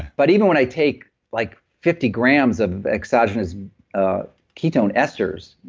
but even when i take like fifty grams of exogenous ah ketone esters,